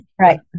Right